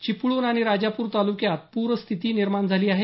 चिपळूण आणि राजापूर तालुक्यात पूरपरिस्थिती निर्माण झाली आहे